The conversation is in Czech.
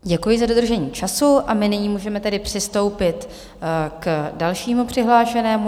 Děkuji za dodržení času a my nyní můžeme tedy přistoupit k dalšímu přihlášenému.